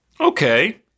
Okay